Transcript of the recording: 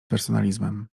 personalizmem